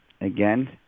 again